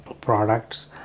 products